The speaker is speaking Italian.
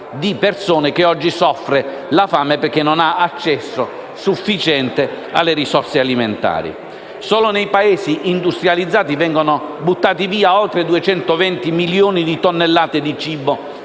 di persone, che oggi soffrono la fame perché non hanno accesso sufficiente alle risorse alimentari. Solo nei Paesi industrializzati vengono buttate via oltre 220 milioni di tonnellate di cibo